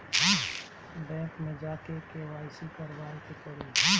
Bank मे जा के के.वाइ.सी करबाबे के पड़ी?